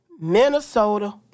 Minnesota